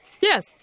Yes